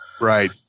Right